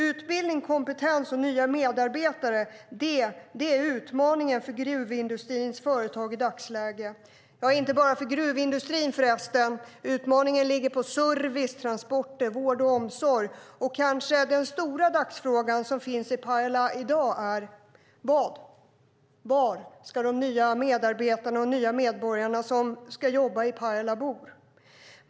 Utbildning, kompetens och nya medarbetare är utmaningar för gruvindustrins företag i dagsläget, ja, inte bara för gruvindustrin förresten. Utmaningen ligger på service, transporter, vård och omsorg, och den stora dagsfråga som finns i Pajala i dag är kanske: Var? Var ska de nya medarbetare och nya medborgare som ska jobba i Pajala bo?